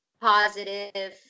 positive